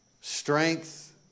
strength